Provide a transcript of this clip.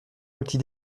outil